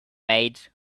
made